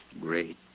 Great